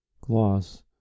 Gloss